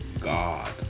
god